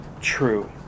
true